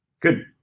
good